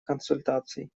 консультаций